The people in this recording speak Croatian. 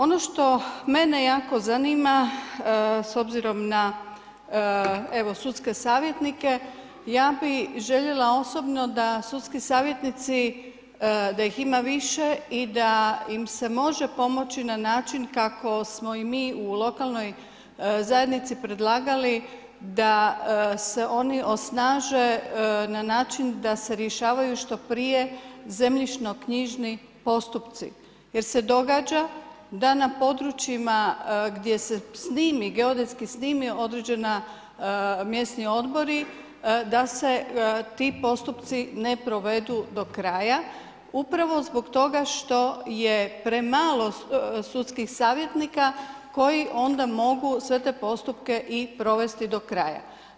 Ono što mene jako zanima s obzirom na sudske savjetnike, ja bi željele osobno da sudski savjetnici da ih ima više i da im se može pomoći na način kako smo i mi u lokalnoj zajednici predlagali da se oni osnaže na način da se rješavaju što prije zemljišno-knjižni postupci jer se događa da na područjima gdje se geodetski snime određeni mjesni odbori da se da se ti postupci ne provedu do kraja upravo zbog toga što je premalo sudskih savjetnika koji onda mogu sve te postupke i provesti do kraja.